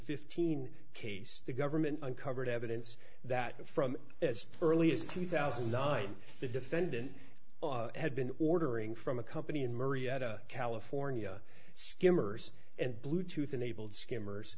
fifteen case the government uncovered evidence that from as early as two thousand and nine the defendant had been ordering from a company in marietta california skimmers and bluetooth enabled